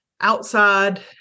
outside